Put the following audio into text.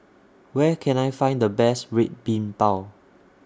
Where Can I Find The Best Red Bean Bao